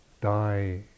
die